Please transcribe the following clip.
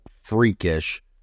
freakish